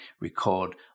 record